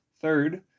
Third